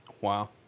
wow